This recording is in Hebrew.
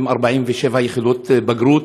עם 47 יחידות בבגרות.